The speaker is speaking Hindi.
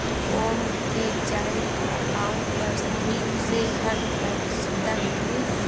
ओम के जॉइन्ट अकाउंट पर भी उसे हर तरह की सुविधा मिलती है